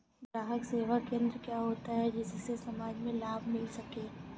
ग्राहक सेवा केंद्र क्या होता है जिससे समाज में लाभ मिल सके?